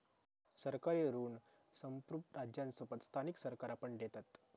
सरकारी ऋण संप्रुभ राज्यांसोबत स्थानिक सरकारा पण देतत